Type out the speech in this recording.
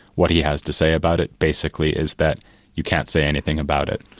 what he has to say about it basically is that you can't say anything about it,